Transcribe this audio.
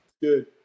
Good